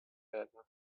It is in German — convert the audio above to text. werden